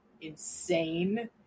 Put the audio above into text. insane